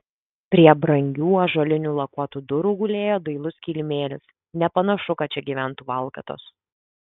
prie brangių ąžuolinių lakuotų durų gulėjo dailus kilimėlis nepanašu kad čia gyventų valkatos